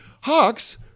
Hawks